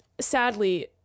sadly